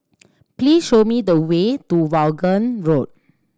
please show me the way to Vaughan Road